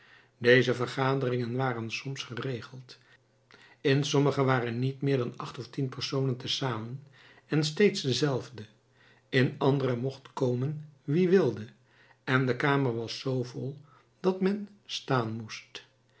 deze vergaderingen waren soms geregeld in sommige waren niet meer dan acht of tien personen te zamen en steeds dezelfde in andere mocht komen wie wilde en de kamer was zoo vol dat men staan moest